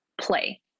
play